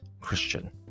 Christian